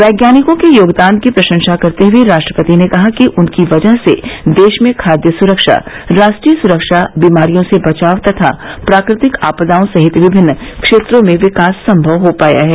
वैज्ञानिकों के योगदान की प्रशंसा करते हुए राष्ट्रपति ने कहा कि उनकी वजह से देश में खाद्य सुरक्षा राष्ट्रीय सुरक्षा बीमारियों से बचाव तथा प्राकृतिक आपदाओं सहित विभिन्न क्षेत्रों में विकास संभव हो पाया है